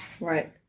Right